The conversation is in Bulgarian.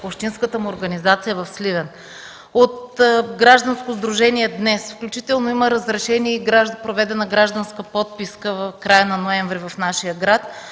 общинската им организация в Сливен, от гражданско сдружение „Днес”, включително има разрешение и е проведена гражданска подписка в края на ноември в нашия град.